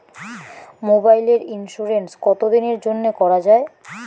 মোবাইলের ইন্সুরেন্স কতো দিনের জন্যে করা য়ায়?